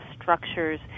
structures